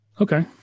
Okay